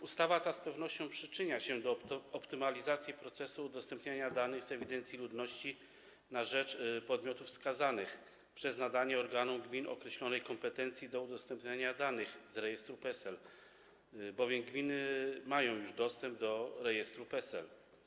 Ustawa ta z pewnością przyczynia się do optymalizacji procesu udostępniania danych z ewidencji ludności na rzecz wskazanych podmiotów dzięki nadaniu organom gmin określonych kompetencji do udostępniania danych z rejestru PESEL - bowiem gminy mają już dostęp do rejestru PESEL.